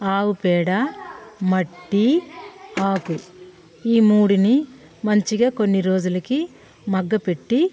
ఆవుపేడ మట్టి ఆకు ఈ మూడుని మంచిగా కొన్ని రోజులకి మగ్గపెట్టి